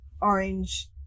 orange